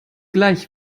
gleich